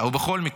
ובכל מקרה,